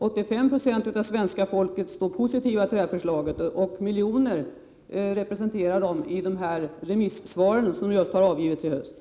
85 26 av svenskarna är positiva till förslaget, och de remissvar som lämnats i höst representerar uppfattningen hos miljoner av dessa människor.